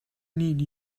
need